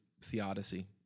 theodicy